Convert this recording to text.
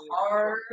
hard